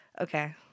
Okay